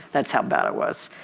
that's how bad it was.